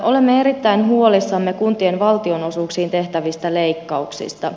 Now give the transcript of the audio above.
olemme erittäin huolissamme kuntien valtionosuuksiin tehtävistä leikkauksista